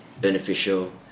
beneficial